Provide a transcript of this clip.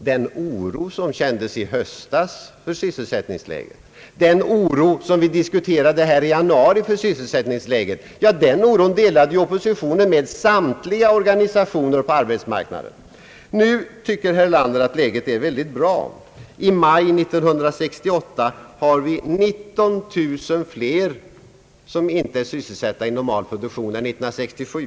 Den oro som vi kände i höstas för sysselsättningsläget, den oro som vi diskuterade här i januari, delade oppositionen med samtliga organisationer på arbetsmarknaden. Nu tycker herr Erlander att läget är mycket bra. I maj 1968 har vi 19 000 fler människor som inte är sysselsatta i normal produktion än vi hade år 1967.